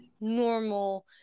normal